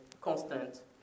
constant